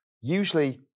usually